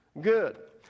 Good